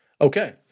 Okay